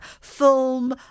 film